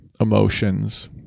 emotions